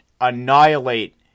annihilate